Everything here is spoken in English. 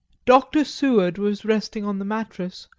dr. seward was resting on the mattress,